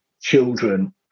children